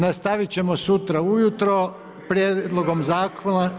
Nastavit ćemo sutra ujutro prijedlogom zakona